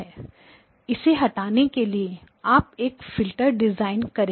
इसे हटाने के लिए आप एक फिल्टर डिजाइन करेंगे